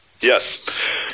Yes